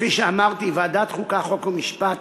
כפי שאמרתי, ועדת החוקה, חוק ומשפט